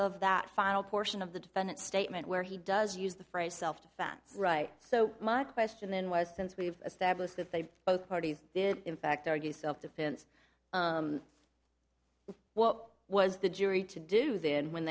of that final portion of the defendant statement where he does use the phrase self defense right so my question then was since we've established that they both parties did in fact argue self defense what was the jury to do then when